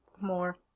more